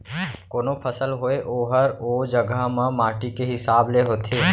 कोनों फसल होय ओहर ओ जघा के माटी के हिसाब ले होथे